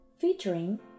featuring